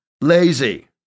lazy